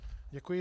Děkuji.